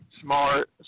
Smart